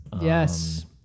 Yes